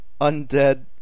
undead